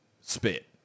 Spit